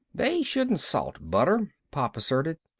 they shouldn't salt butter, pop asserted.